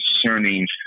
concerning